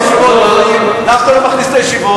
הכול מכול כול.